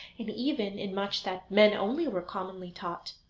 and even in much that men only were commonly taught.